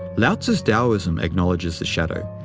laotzu's taoism acknowledges the shadow,